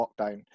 lockdown